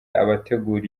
abategura